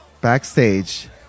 backstage